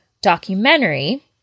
documentary